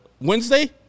Wednesday